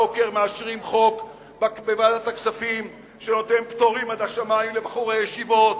הבוקר מאשרים בוועדת הכספים חוק שנותן פטורים עד השמים לבחורי ישיבות,